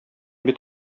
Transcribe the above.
бит